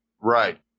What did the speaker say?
Right